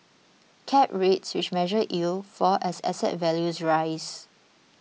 cap rates which measure yield fall as asset values rise